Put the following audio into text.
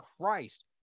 Christ